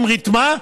עם רתמה,